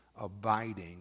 abiding